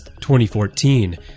2014